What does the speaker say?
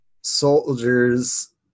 soldiers